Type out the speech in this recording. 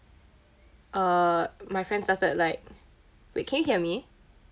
err my friends started like wait can you hear me